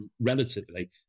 relatively